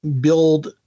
build